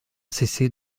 cessé